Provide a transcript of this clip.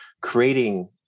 creating